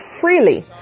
freely